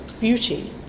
beauty